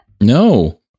No